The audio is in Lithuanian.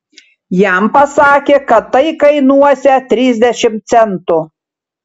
jam pasakė kad tai kainuosią trisdešimt centų